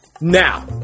Now